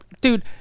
dude